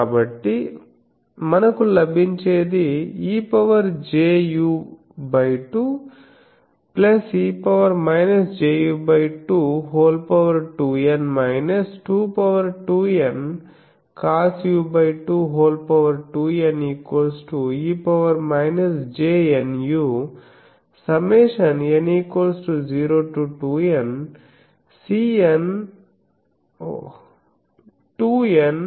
కాబట్టి మనకు లభించేది eju2e ju22N 22Ncosu22Ne jNu